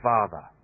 Father